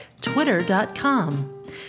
twitter.com